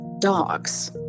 Dogs